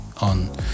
on